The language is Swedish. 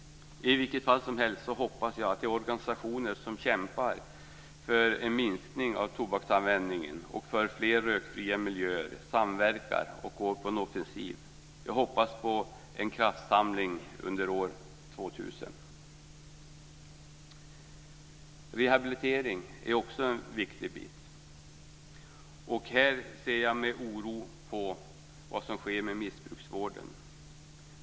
I vilket fall som helst hoppas jag att de organisationer som kämpar för en minskning av tobaksanvändningen och för fler rökfria miljöer samverkar och går på offensiven. Jag hoppas på en kraftsamling under år 2000. Rehabilitering är också en viktig fråga. Här ser jag med oro på vad som sker med missbruksvården.